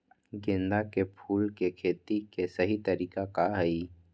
गेंदा के फूल के खेती के सही तरीका का हाई?